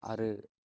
आरो